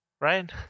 right